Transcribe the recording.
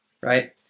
right